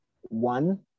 one